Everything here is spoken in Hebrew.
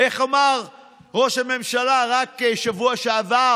איך אמר ראש הממשלה רק בשבוע שעבר,